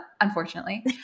unfortunately